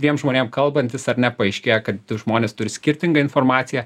dviem žmonėm kalbantis ar ne paaiškėja kad žmonės turi skirtingą informaciją